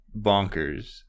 bonkers